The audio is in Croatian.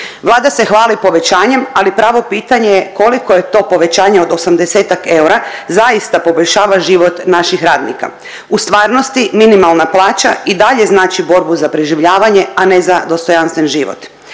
Vlada se hvali povećanjem, ali pravo pitanje je kolikom to povećanje od 80-tak eura zaista poboljšava život naših radnika. U stvarnosti minimalna plaća i dalje znači borbu za preživljavanje, a ne za dostojanstven život.